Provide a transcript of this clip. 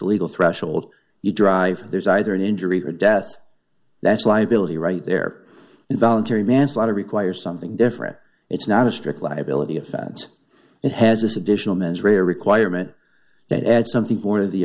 legal threshold you drive there's either an injury or death that's liability right there involuntary manslaughter requires something different it's not a strict liability is that it has this additional measure a requirement that add something for t